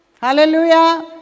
Hallelujah